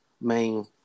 main